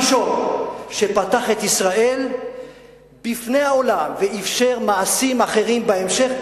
הראשון שפתח את ישראל בפני העולם ואפשר מעשים אחרים בהמשך.